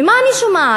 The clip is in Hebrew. ומה אני שומעת?